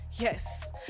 yes